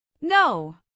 No